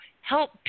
help